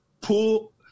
pull